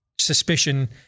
Suspicion